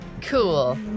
Cool